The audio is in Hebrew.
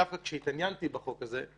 דווקא כשהתעניינתי בחוק הזה,